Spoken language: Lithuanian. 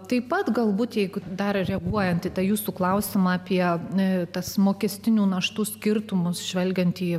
taip pat galbūt jeigu dar reaguojant į tą jūsų klausimą apie ne tas mokestinių naštų skirtumus žvelgiant į